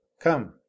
come